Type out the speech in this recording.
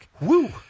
Woo